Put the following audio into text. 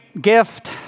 gift